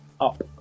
up